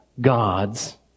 gods